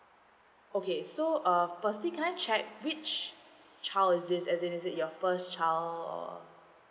okay so uh firstly can I check which child is this as in is it your first child or